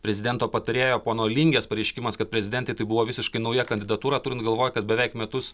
prezidento patarėjo pono lingės pareiškimas kad prezidentei tai buvo visiškai nauja kandidatūra turint galvoj kad beveik metus